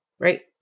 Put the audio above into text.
right